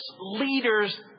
leaders